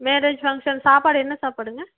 marriage function சாப்பாடு என்ன சாப்பாடுங்க